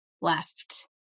left